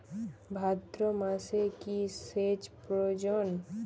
ভাদ্রমাসে কি সেচ প্রয়োজন?